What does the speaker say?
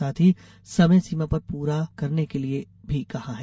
साथ ही समय सीमा पर पूरा करने के लिये कहा है